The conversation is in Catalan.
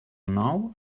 nou